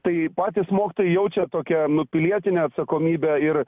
tai patys mokytojai jaučia tokią nu pilietinę atsakomybę ir